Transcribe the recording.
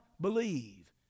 believe